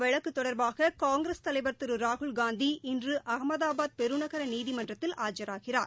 வழக்குதொடர்பாககாங்கிரஸ் தலைவர் திருராகுல்காந்தி இன்றுஅகமதாபாத் அவதூறு பெருநகரநீதிமன்றத்தில் ஆஜராகிறார்